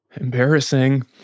Embarrassing